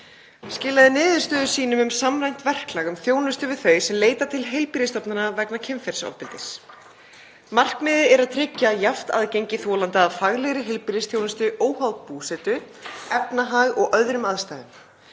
skipaði, niðurstöðum sínum um samræmt verklag um þjónustu við þau sem leita til heilbrigðisstofnana vegna kynferðisofbeldis. Markmiðið er að tryggja jafnt aðgengi þolenda að faglegri heilbrigðisþjónustu óháð búsetu, efnahag og öðrum aðstæðum.